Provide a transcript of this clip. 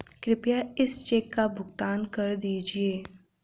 कृपया इस चेक का भुगतान कर दीजिए